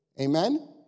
Amen